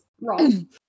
wrong